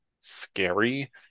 scary